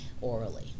orally